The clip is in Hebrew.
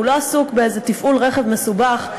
הוא לא עסוק באיזה תפעול רכב מסובך.